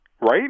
right